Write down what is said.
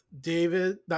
David